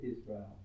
Israel